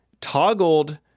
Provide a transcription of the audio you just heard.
Toggled